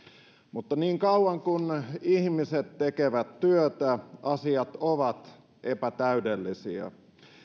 mutta niin kauan kuin ihmiset tekevät työtä asiat ovat epätäydellisiä